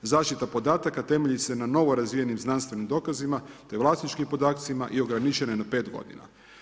Zaštita podataka temelji se na novo razvijenim znanstvenim dokazima te vlasničkim podacima i ograničena je na 5 godina.